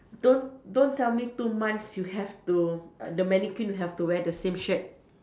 don't don't tell me two months you have to the mannequin will have to wear the same shirt